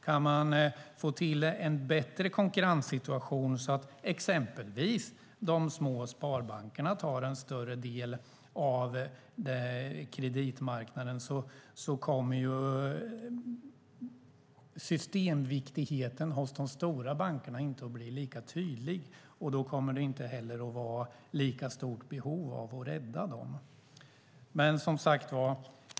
Kan man få till en bättre konkurrenssituation, så att exempelvis de små sparbankerna tar en större del av kreditmarknaden, kommer systemviktigheten hos de stora bankerna inte att bli lika tydlig, och då kommer det inte heller att vara lika stort behov av att rädda dem.